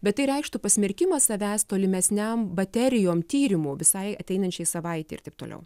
bet tai reikštų pasmerkimą savęs tolimesniam baterijom tyrimų visai ateinančiai savaitei ir taip toliau